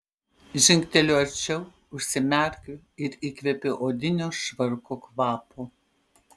žingteliu arčiau užsimerkiu ir įkvepiu odinio švarko kvapo